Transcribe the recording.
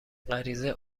غریزه